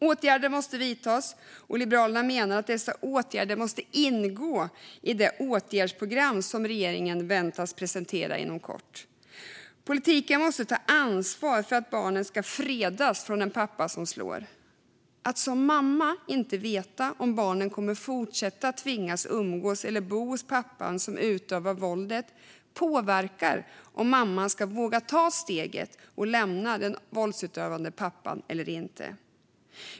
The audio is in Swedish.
Åtgärder måste vidtas, och Liberalerna menar att dessa åtgärder måste ingå i det åtgärdsprogram som regeringen väntas presentera inom kort. Politiken måste ta ansvar för att barnen ska fredas från en pappa som slår. Att som mamma inte veta om barnen kommer att fortsätta tvingas umgås med eller bo hos pappan som utövar våldet påverkar om mamman ska våga ta steget att lämna den våldsutövande pappan eller inte.